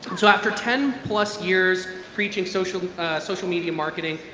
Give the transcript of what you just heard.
so after ten plus years preaching social social media marketing,